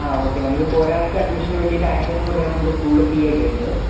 ആ ഓക്കേ നമുക്കിപ്പോൾ ഒരാൾക്ക് അഡ്മിഷനു വേണ്ടിയിട്ട് ആയിരത്തിയെണ്ണൂറ് രൂപയാണ് നമ്മള് സ്കൂളിൽ ഫീ ആയിട്ടുവരുന്നത്